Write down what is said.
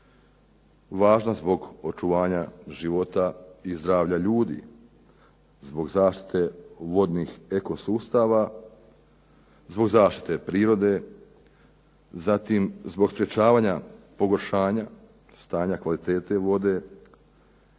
važna zbog očuvanja života i zdravlja ljudi, zbog zaštite vodnih eko sustava, zbog zaštite prirode, zatim zbog sprječavanja pogoršanja stanja kvalitete vode,